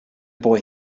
boy